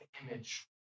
image